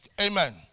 Amen